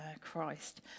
Christ